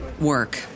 work